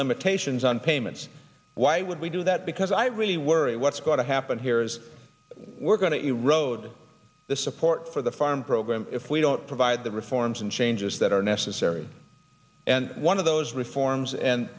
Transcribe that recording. limitations on payments why would we do that because i really worry what's going to happen here is we're going to erode the support for the farm program if we don't provide the reforms and changes that are necessary and one of those reforms and